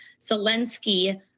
Zelensky